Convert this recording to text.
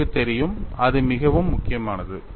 உங்களுக்கு தெரியும் அது மிகவும் முக்கியமானது